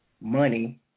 money